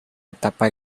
etapa